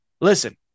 Listen